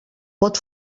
pot